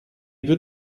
più